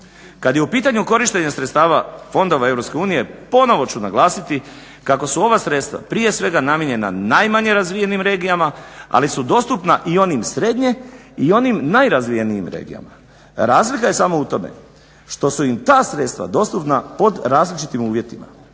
Kad je u pitanju korištenje sredstava fondova Europske unije ponovo ću naglasiti kako su ova sredstva prije svega namijenjena najmanje razvijenim regijama, ali su dostupna i onim srednje i onim najrazvijenijim regijama. Razlika je samo u tome što su im ta sredstva dostupna pod različitim uvjetima.